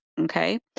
okay